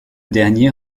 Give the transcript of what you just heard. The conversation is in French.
dernier